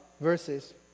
verses